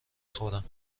خورم